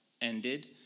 ended